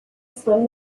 swim